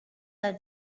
are